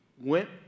went